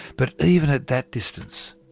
but even at that distance,